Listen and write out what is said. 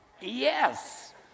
Yes